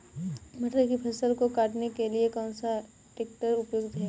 मटर की फसल को काटने के लिए कौन सा ट्रैक्टर उपयुक्त है?